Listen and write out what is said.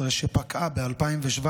2013 שפקעה ב-2017,